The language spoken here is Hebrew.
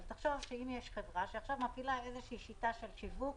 אבל תחשוב שאם יש חברה שעכשיו מפעילה שיטה של שיווק